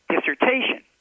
dissertation